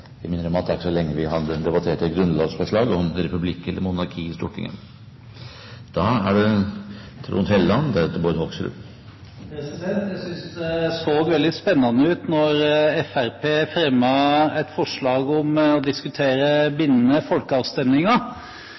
de to folkeavstemningene kanskje er litt upresist. Jeg minner om at det ikke er lenge siden vi debatterte et grunnlovsforslag om republikk eller monarki i Stortinget. Jeg syntes det så veldig spennende ut da Fremskrittspartiet fremmet et forslag om å diskutere bindende folkeavstemninger,